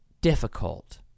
difficult